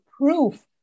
proof